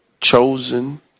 chosen